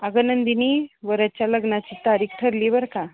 अग नंदिनी वऱ्याच्या लग्नाची तारीख ठरली बरं का